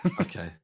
Okay